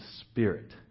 Spirit